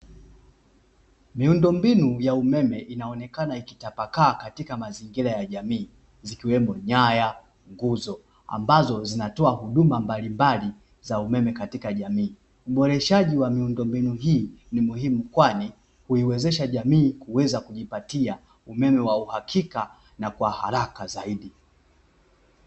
Miundombinu ya umeme inaonekana ikitapakaa katika mazingira ya jamii zikiwemo nyaya, nguzo ambazo zinatoa huduma mbalimbali za umeme katika jamii. Uboreshaji wa miundombinu hii ni muhimu kwani huiwezesha jamii kuweza kujipatia umeme wa uhakika na kwa haraka zaidi.